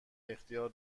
اختیار